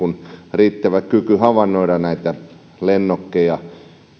riittävä kyky havainnoida näitä lennokkeja